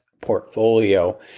portfolio